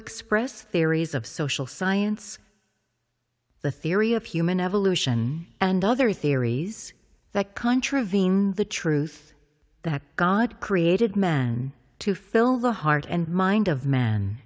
express theories of social science the theory of human evolution and other theories that contravene the truth that god created man to fill the heart and mind of m